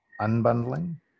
unbundling